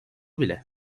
bile